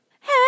Hey